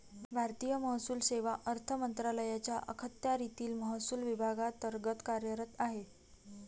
भारतीय महसूल सेवा अर्थ मंत्रालयाच्या अखत्यारीतील महसूल विभागांतर्गत कार्यरत आहे